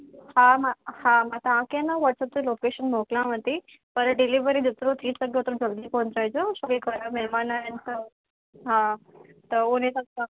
हा मां हा मां तव्हांखे न व्हाटसअप ते लोकेशन मोकिलियांव थी पर डिलीवरी ॾिसो थी सघे त जल्दी पहुचाईंजो छो की घरु महिमान आया आहिनि त हा त उन हिसाब सां